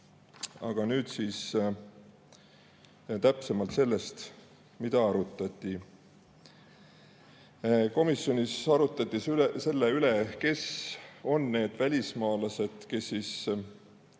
Aga nüüd täpsemalt sellest, mida arutati. Komisjonis arutleti selle üle, kes on need välismaalased, kes